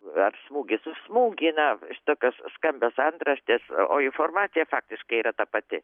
ar smūgis už smūgį na tokios skambios antraštės o informacija faktiškai yra ta pati